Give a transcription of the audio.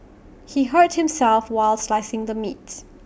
he hurt himself while slicing the meats